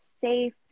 safe